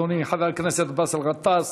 אדוני, חבר הכנסת באסל גטאס,